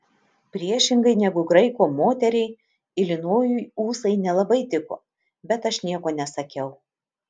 priešingai negu graiko moteriai ilinojui ūsai nelabai tiko bet aš nieko nesakiau